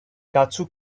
dazu